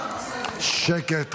--- שקט,